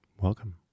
Welcome